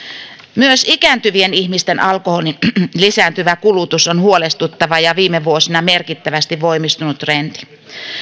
myös ikääntyvien ihmisten alkoholin lisääntyvä kulutus on huolestuttava ja viime vuosina merkittävästi voimistunut trendi